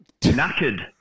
Knackered